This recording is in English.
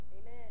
Amen